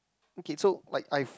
okay so like I've